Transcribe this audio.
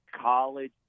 college